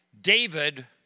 David